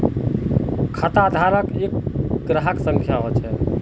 खाताधारकेर एक ग्राहक संख्या ह छ